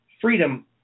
freedom